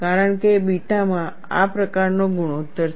કારણ કે બીટામાં આ પ્રકારનો ગુણોત્તર છે